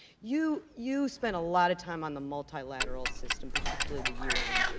you you spent a lot of time on the multilateral system, particularly the un,